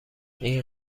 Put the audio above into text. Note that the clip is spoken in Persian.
این